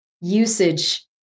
usage